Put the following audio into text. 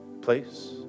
place